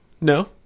No